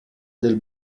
del